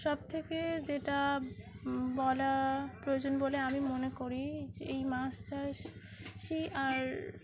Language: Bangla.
সবথেকে যেটা বলা প্রয়োজন বলে আমি মনে করি যে এই মাছ চাষি আর